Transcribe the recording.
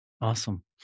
Awesome